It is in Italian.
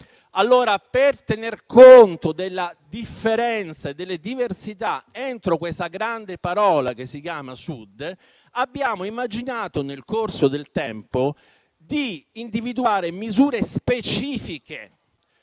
per tener conto della differenza delle diversità entro questa grande parola che si chiama Sud, abbiamo immaginato nel corso del tempo di individuare misure specifiche.